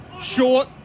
Short